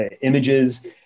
images